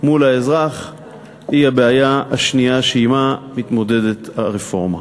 מול האזרח הם הבעיה השנייה שהרפורמה מתמודדת עמה.